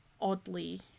oddly